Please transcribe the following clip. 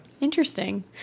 Interesting